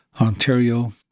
Ontario